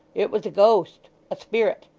it was a ghost a spirit